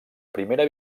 primera